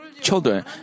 children